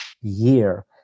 year –